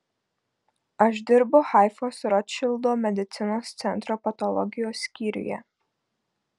aš dirbu haifos rotšildo medicinos centro patologijos skyriuje